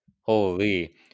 holy